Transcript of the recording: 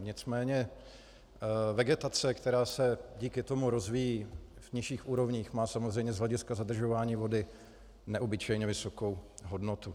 Nicméně vegetace, která se díky tomu rozvíjí v nižších úrovních, má samozřejmě z hlediska zadržování vody neobyčejně vysokou hodnotu.